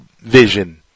vision